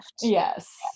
Yes